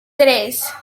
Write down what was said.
tres